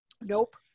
Nope